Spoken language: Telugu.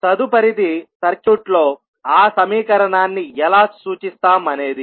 తదుపరిది సర్క్యూట్లో ఆ సమీకరణాన్ని ఎలా సూచిస్తాం అనేది